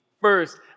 first